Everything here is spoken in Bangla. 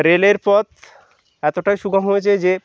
রেলের পথ এতোটাই সুগম হয়েছে যে